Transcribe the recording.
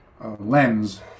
lens